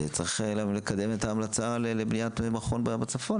צריך לקדם את ההמלצה לבניית מכון בצפון,